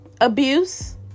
abuse